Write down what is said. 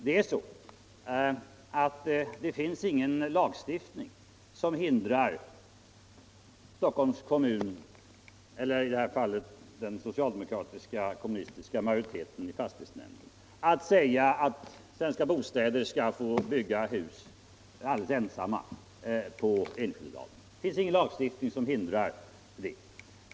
Det är så att det finns ingen lagstiftning som hindrar Stockholms kommun eller, som i detta fall, den socialdemokratiska och kommunistiska majoriteten i fastighetsnämnden att besluta att Svenska Bostäder ensamt skall få bygga hus i Enskededalen.